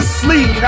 sleep